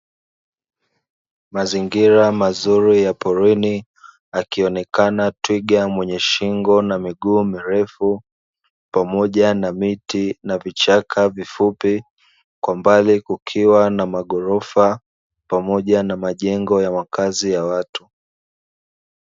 Mazingira mazuri ya porini, akionekana twiga mwenye shingo na miguu mirefu pamoja na, miti na vichaka vifupi. Kwa mbali kukiwa na magorofa, pamoja na majengo ya makazi ya watu.